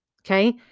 Okay